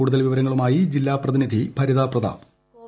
കൂടുതൽ വിവരങ്ങളുമായി ജില്ലാ പ്രതിനിധി ഭരിത പ്രതാപ് വോയിസ്